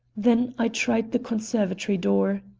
then i tried the conservatory door.